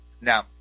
Now